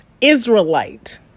Israelite